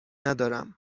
ندارم